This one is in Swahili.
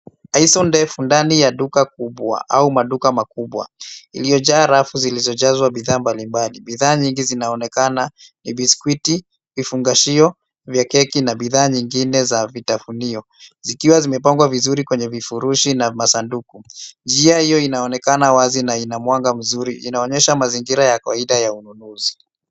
Hii ni sehemu ya ndani ya duka kubwa au maduka makubwa, iliyojaa rafu zilizojazwa bidhaa mbalimbali. Bidhaa nyingi zinaonekana kuwa biskuti, vifungashio vya keki na bidhaa nyingine za vitafunio, zikiwa zimepangwa vizuri kwenye vifurushi na masanduku. Njia hiyo inaonekana wazi na ina mwanga mzuri, ikionyesha mazingira ya kawaida ya ununuzi.